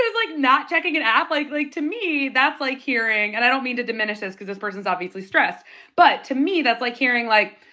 like, not checking an app, like, to me that's like hearing and i don't mean to diminish this because this person's obviously stressed but to me, that's like hearing, like,